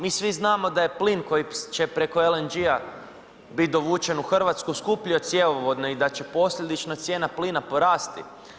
Mi svi znamo da je plin koji će preko LNG-a biti dovučen u Hrvatsku skuplji od cjevovodne i da će posljedično cijena plina porasti.